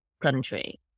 country